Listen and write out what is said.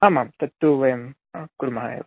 आम् आम् तत् तु वयं कुर्मः एव